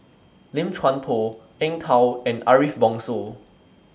Lim Chuan Poh Eng Tow and Ariff Bongso